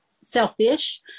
selfish